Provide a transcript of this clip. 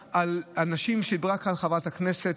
אמרה כאן חברת הכנסת,